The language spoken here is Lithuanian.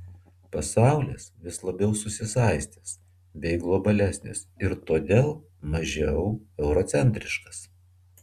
pasaulis vis labiau susisaistęs bei globalesnis ir todėl mažiau eurocentriškas